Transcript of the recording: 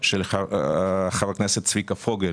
של חבר הכנסת צביקה פוגל.